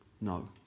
No